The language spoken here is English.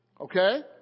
Okay